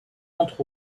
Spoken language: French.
entre